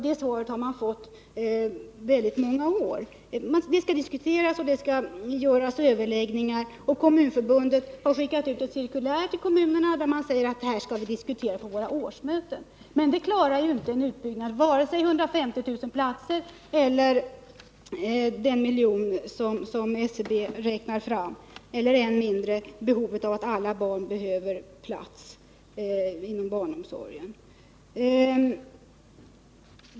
Det svaret har vi fått många år — det skall diskuteras och anordnas överläggningar. Kommunförbundet har skickat ut ett cirkulär till kommunerna, där det sägs att detta skall vi diskutera på våra årsmöten. Men det klarar ju inte en utbyggnad av vare sig de 150 000 platserna eller den miljon platser som SCB räknat fram — och än mindre plats inom barnomsorgen åt alla barn.